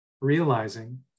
realizing